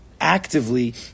actively